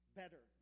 better